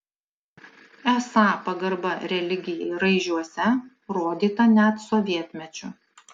esą pagarba religijai raižiuose rodyta net sovietmečiu